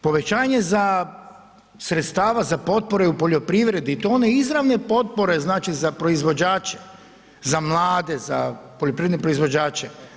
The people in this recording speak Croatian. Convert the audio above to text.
Povećanja sredstava za potporu u poljoprivredi i to one izravne potpore znači za proizvođače, za mlade, za poljoprivredne proizvođače.